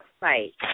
right